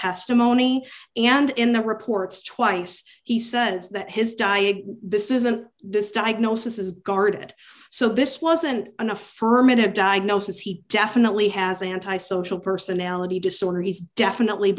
testimony and in the reports twice he says that his diet this isn't this diagnosis is guarded so this wasn't an affirmative diagnosis he definitely has anti social personality disorder he's definitely